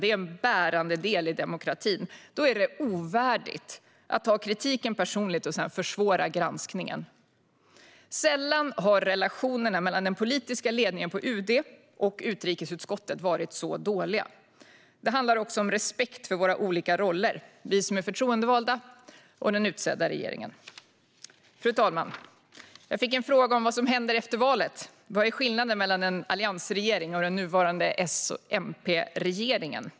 Det är en bärande del i demokratin. Då är det ovärdigt att ta kritiken personligt och sedan försvåra granskningen. Sällan har relationerna mellan den politiska ledningen på UD och utrikesutskottet varit så dåliga. Det handlar också om respekt för våra olika roller - å ena sidan vi som är förtroendevalda, å andra sidan den utsedda regeringen. Fru talman! Jag fick en fråga om vad som händer efter valet. Vad är skillnaden mellan en alliansregering och den nuvarande S-MP-regeringen?